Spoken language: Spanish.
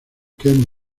ken